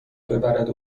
ببرد